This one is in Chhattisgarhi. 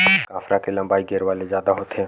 कांसरा के लंबई गेरवा ले जादा होथे